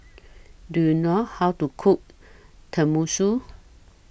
Do YOU know How to Cook Tenmusu